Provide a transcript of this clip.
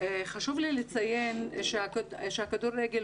חשוב לי לציין שלמבוגרים הכדורגל,